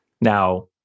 Now